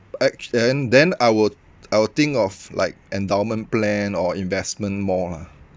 act~ and then I would I would think of like endowment plan or investment more lah